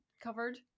covered